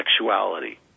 sexuality